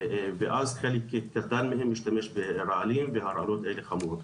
ואז חלק קטן מהם משתמש ברעלים והרעלות האלה חמורות.